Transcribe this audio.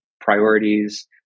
priorities